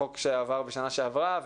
החוק שעבר בשנה שעברה,